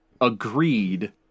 agreed